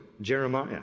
Jeremiah